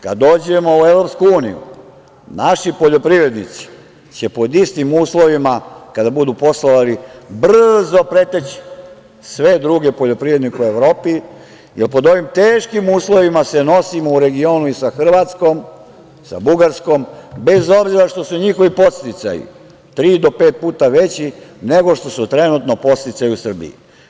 Kad dođemo u EU, naši poljoprivrednici će pod istim uslovima kada budu poslovali brzo preteći sve druge poljoprivrednike u Evropi i pod ovim teškim uslovima se nosimo u regionu i sa Hrvatskom, sa Bugarskom, bez obzira što su njihovi podsticaji tri do pet puta veći nego što su trenutno podsticaji u Srbiji.